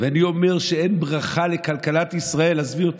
ואני אומר שאין ברכה לכלכלת ישראל, עזבי אותי,